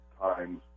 times